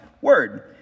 word